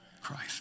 Christ